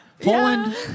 Poland